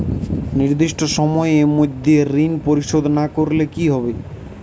নির্দিষ্ট সময়ে মধ্যে ঋণ পরিশোধ না করলে কি হবে?